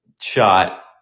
shot